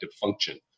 function